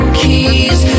keys